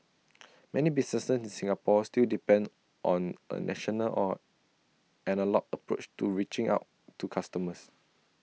many businesses in Singapore still depend on A traditional or analogue approach to reaching out to customers